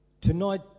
tonight